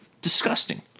Disgusting